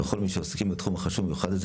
ולכל מי שעוסקים בתחום החשוב והמיוחד הזה,